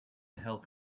help